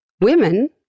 women